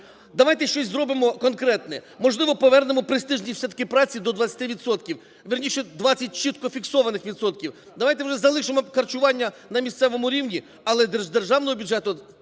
давайте щось зробимо конкретне. Можливо повернемо престижність праці до 20 відсотків, вірніше 20 чітко фіксованих відсотків. Давайте, може, залишимо харчування на місцевому рівні, але з державного бюджету